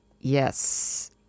yes